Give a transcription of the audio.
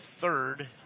third